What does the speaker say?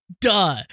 duh